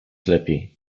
lepiej